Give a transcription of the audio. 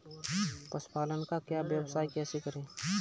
पशुपालन का व्यवसाय कैसे करें?